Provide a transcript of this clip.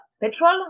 petrol